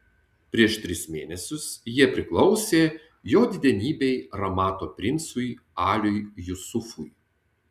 prieš tris mėnesius jie priklausė jo didenybei ramato princui aliui jusufui